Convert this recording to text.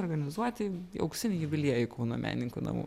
organizuoti auksinį jubiliejų kauno menininkų namų